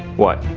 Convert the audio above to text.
what?